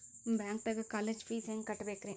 ಬ್ಯಾಂಕ್ದಾಗ college fees ಹೆಂಗ್ ಕಟ್ಟ್ಬೇಕ್ರಿ?